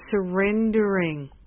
surrendering